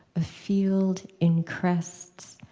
a field in crests,